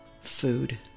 food